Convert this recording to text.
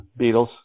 Beatles